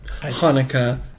Hanukkah